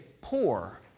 poor